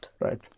Right